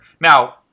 Now